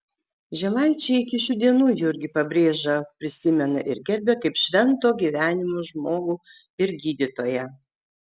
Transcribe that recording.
žemaičiai iki šių dienų jurgį pabrėžą prisimena ir gerbia kaip švento gyvenimo žmogų ir gydytoją